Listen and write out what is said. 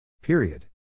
Period